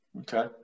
Okay